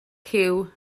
cyw